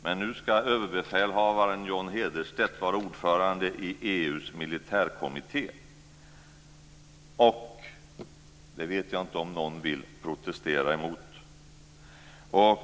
Men nu ska överbefälhavaren, Johan Hederstedt, vara ordförande i EU:s militärkommitté, och det vet jag inte om någon vill protestera emot.